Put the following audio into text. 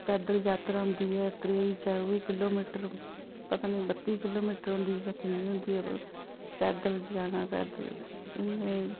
पैद्दल जात्तरा होंदी ऐ त्रेई चौबी किलोमीटर पता निं बत्ती किलोमीटर होंदा जां किन्नी होंदी पैद्दल जाना ते इ'यां